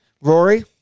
Rory